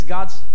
God's